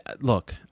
look